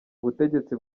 ubutegetsi